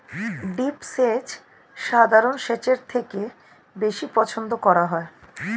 drip সেচ সাধারণ সেচের থেকে বেশি পছন্দ করা হয়